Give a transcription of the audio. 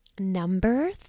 Number